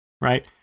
Right